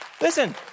Listen